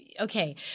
Okay